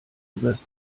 übers